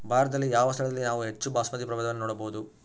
ಭಾರತದಲ್ಲಿ ಯಾವ ಸ್ಥಳದಲ್ಲಿ ನಾವು ಹೆಚ್ಚು ಬಾಸ್ಮತಿ ಪ್ರಭೇದವನ್ನು ನೋಡಬಹುದು?